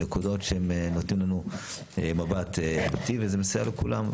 נקודות שהן נותנות לנו מבט --- וזה מסייע לכולם.